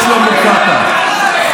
כמו במרוץ למוקטעה,